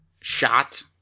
shot